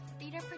theater